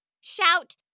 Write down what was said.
Shout